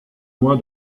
loin